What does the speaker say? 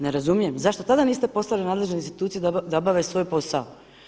Ne razumijem zašto tada niste poslali nadležne institucije da obave svoj posao.